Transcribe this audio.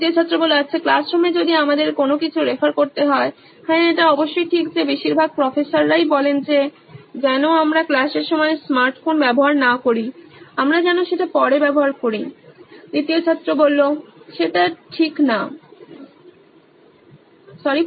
দ্বিতীয় ছাত্র আচ্ছা ক্লাসরুমে যদি আমাদের কোনো কিছু রেফার করতে হয় হ্যাঁ এটা অবশ্যই ঠিক যে বেশিরভাগ প্রফেসররাই বলেন যেন আমরা ক্লাসের সময় স্মার্ট ফোন ব্যাবহার না করি আমরা যেন সেটা পরে ব্যবহার করি